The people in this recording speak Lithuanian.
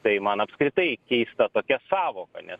tai man apskritai keista tokia sąvoka nes